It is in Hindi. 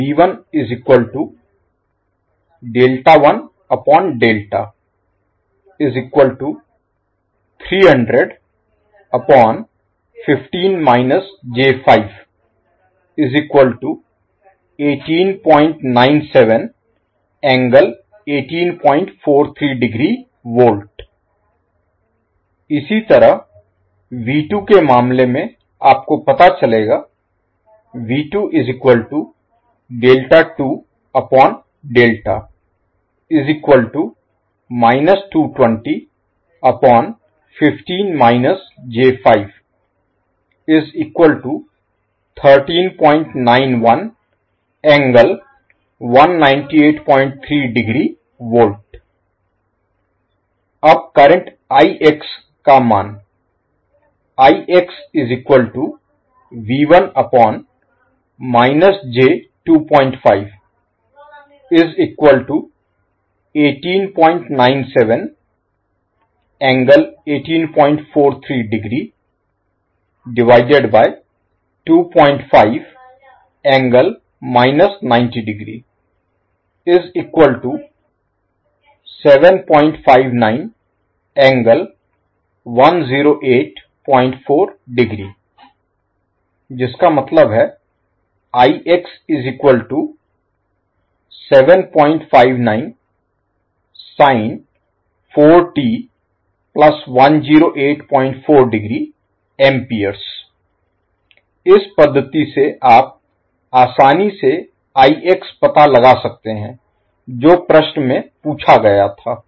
तो अब का मान इसी तरह के मामले में आपको पता चलेगा अब करंट का मान इस पद्धति से आप आसानी से पता लगा सकते हैं जो प्रश्न में पूछा गया था